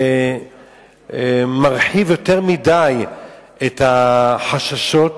מרחיבה יותר מדי את החששות,